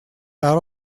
out